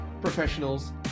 professionals